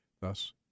Thus